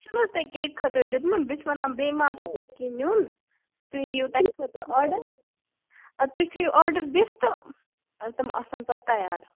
سُہ چھُناہ تۄہہِ کیک خٲطرٕ دیُتمُت بہٕ چھَس وَنان بیٚیہِ ما آسوٕ تۄہہِ کیٚنٛہہ نِیُن تُہۍ دِیِو تَمہِ خٲطرٕ آرڈَر اَدٕ تُہۍ تھٲیِو آرڈَر دِتھ تہٕ تِم آسَن پَتہٕ تَیار